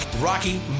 Rocky